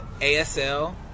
ASL